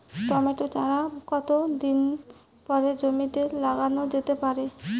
Tomato চারা কতো দিন পরে জমিতে লাগানো যেতে পারে?